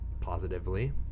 positively